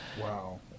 Wow